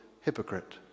hypocrite